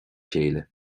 chéile